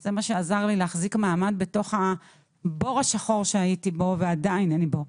זה מה שעזר לי להחזיק מעמד בתוך הבור השחור שהייתי בו ועדיין אני בו.